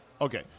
Okay